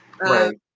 Right